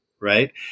right